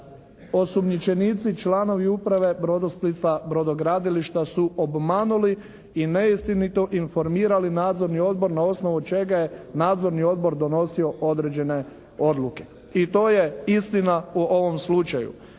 Osumnjičenici, članovi uprave "Brodosplita" brodogradilišta su obmanuli i neistinito informirali Nadzorni odbor na osnovu čega je Nadzorni odbor donosio određene odluke. I to je istina u ovom slučaju.